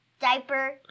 diaper